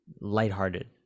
lighthearted